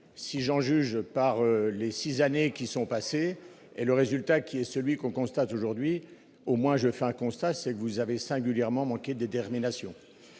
si j'en juge par les 6 années qui sont passées et le résultat qui est celui qu'on constate aujourd'hui au moins je fais un constat, c'est que vous avez singulièrement manqué de détermination.